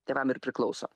tėvam ir priklauso